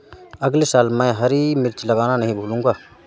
अगले साल मैं हरी मिर्च लगाना नही भूलूंगा